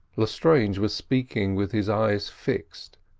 lestrange was speaking with his eyes fixed,